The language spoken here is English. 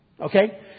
Okay